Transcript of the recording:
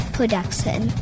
Production